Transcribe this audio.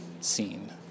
scene